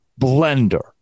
blender